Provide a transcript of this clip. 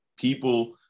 people